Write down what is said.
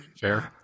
Fair